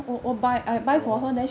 oh